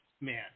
man